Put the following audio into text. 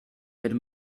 had